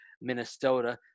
Minnesota